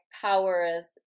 powers